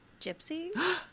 Gypsy